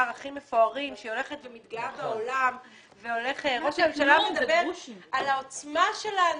הכי מפוארים שהיא מתגאה בו בעולם וראש הממשלה מדבר על העוצמה שלנו.